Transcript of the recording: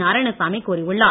நாராயணசாமி கூறியுள்ளார்